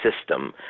system